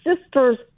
sister's